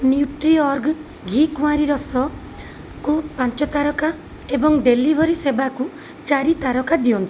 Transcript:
ନ୍ୟୁଟ୍ରିଅର୍ଗ ଘି କୁଆଁରୀ ରସକୁ ପାଞ୍ଚ ତାରକା ଏବଂ ଡେଲିଭରି ସେବାକୁ ଚାରି ତାରକା ଦିଅନ୍ତୁ